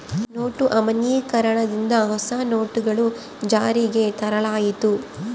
note ಅಮಾನ್ಯೀಕರಣ ದಿಂದ ಹೊಸ ನೋಟುಗಳು ಜಾರಿಗೆ ತರಲಾಯಿತು